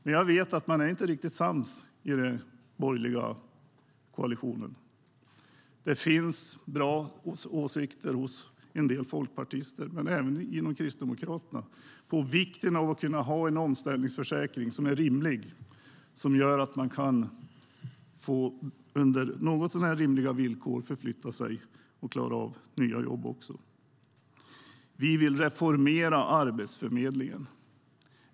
Men jag vet att man inte är riktigt sams i den borgerliga koalitionen. Det finns bra åsikter hos en del folkpartister och även inom Kristdemokraterna om vikten av att kunna ha en omställningsförsäkring som är rimlig och gör att människor under något så när rimliga villkor kan förflytta sig och också klara av nya jobb. Vi vill reformera Arbetsförmedlingen.